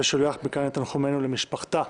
ואני שולח מכאן את תנחומינו למשפחתה.